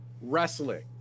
wrestling